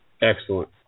Excellent